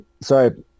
sorry